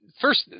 first